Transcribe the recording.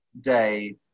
Day